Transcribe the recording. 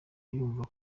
yumva